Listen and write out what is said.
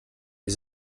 wir